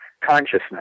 Consciousness